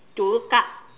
to look up